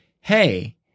Hey